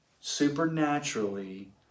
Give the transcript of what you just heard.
supernaturally